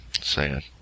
sad